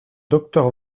docteur